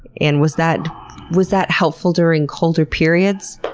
and was that was that helpful during colder periods?